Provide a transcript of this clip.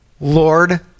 Lord